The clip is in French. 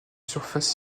surface